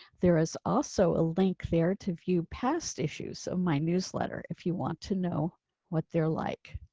there is also a link there to view past issues of my newsletter if you want to know what they're like.